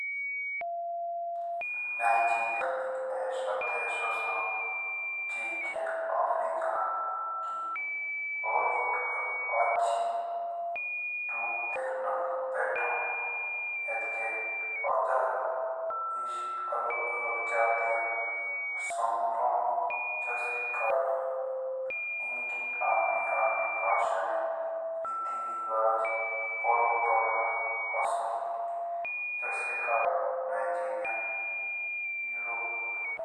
मिस्र की संस्कृति दुनिया की सबसे पुरानी और अच्छी संस्कृति मुझ एक ओसो। यो नील नदी के बट दी विकसित रही होई। ये सभ्यता ओर अपने पिरामिडो मम्मी और पुरानी जातिक दुनिया मुज मानी जाओ।